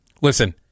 Listen